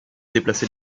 déplacé